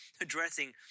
addressing